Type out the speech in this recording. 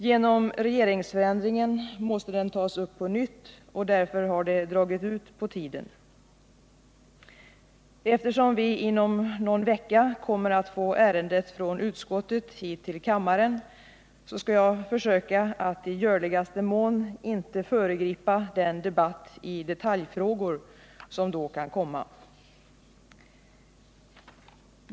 Genom regeringsförändringen måste den tas upp på nytt, och därför har det dragit ut på tiden. Eftersom vi inom någon vecka kommer att få ärendet från utskottet hit till kammaren skall jag försöka att i görligaste mån inte föregripa den debatt i detaljfrågor som då kan komma.